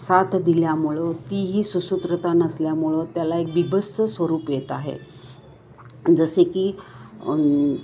साथ दिल्यामुळं तीही सुसूत्रता नसल्यामुळं त्याला एक बिभत्स स्वरूप येत आहे जसे की